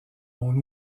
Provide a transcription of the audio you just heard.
mon